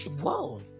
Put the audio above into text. whoa